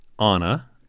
Anna